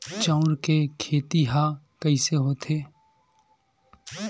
चांउर के खेती ह कइसे होथे?